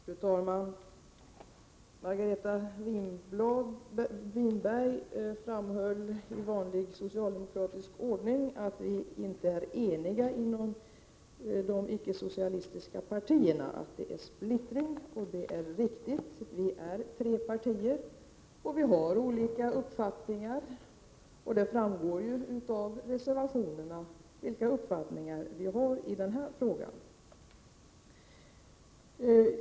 Fru talman! Margareta Winberg framhöll i vanlig socialdemokratisk ordning att vi inom de icke-socialistiska partierna inte är eniga och att det råder splittring. Det är riktigt; vi är tre partier, och vi har olika uppfattningar. Det framgår av reservationerna vilka uppfattningar vi har i denna fråga.